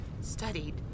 studied